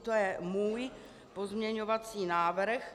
To je můj pozměňovací návrh.